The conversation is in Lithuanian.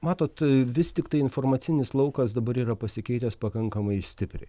matot vis tiktai informacinis laukas dabar yra pasikeitęs pakankamai stipriai